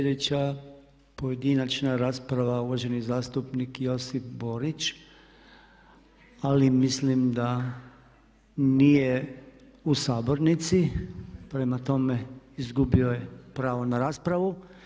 Sljedeća pojedinačna rasprava, uvaženi zastupnik Josip Borić ali mislim da nije u sabornici, prema tome izgubio je pravo na raspravu.